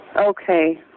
Okay